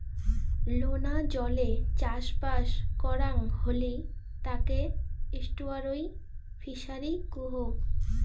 লোনা জলে চাষবাস করাং হলি তাকে এস্টুয়ারই ফিসারী কুহ